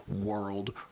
World